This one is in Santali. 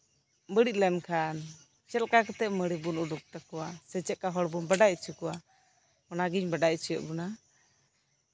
ᱵᱟᱲᱤᱡ ᱞᱮᱱᱠᱷᱟᱱ ᱪᱮᱫᱞᱮᱠᱟ ᱠᱟᱛᱮ ᱢᱟᱲᱤ ᱵᱚᱱ ᱩᱰᱤᱠ ᱛᱟᱠᱚᱣᱟ ᱥᱮ ᱪᱮᱫᱞᱮᱠᱟ ᱦᱚᱲ ᱵᱚᱱ ᱵᱟᱰᱟᱭ ᱦᱚᱪᱚ ᱠᱚᱣᱟ ᱚᱱᱟᱜᱤᱧ ᱵᱟᱰᱟᱭ ᱚᱪᱚᱭᱮᱫ ᱵᱚᱱᱟ